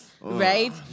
Right